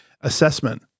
assessment